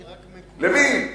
למי?